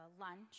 lunch